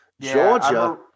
Georgia